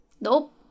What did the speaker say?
Nope